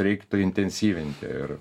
reiktų intensyvinti ir